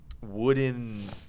wooden